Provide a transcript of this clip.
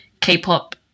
K-pop